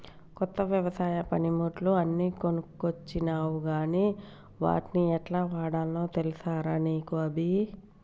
కొత్త వ్యవసాయ పనిముట్లు అన్ని కొనుకొచ్చినవ్ గని వాట్ని యెట్లవాడాల్నో తెలుసా రా నీకు అభి